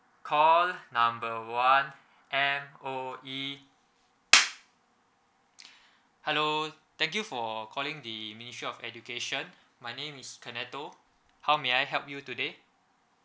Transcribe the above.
call number one M_O_E hello thank you for calling the ministry of education my name is kenneto how may I help you today